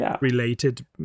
related